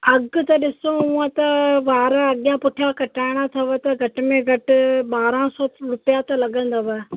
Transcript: अघु त ॾिसो उहो त वार अॻियां पुठियां कटाइणा अथव त घट में घटि ॿारहां सौ त रुपया त लॻंदव